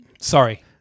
Sorry